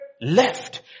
left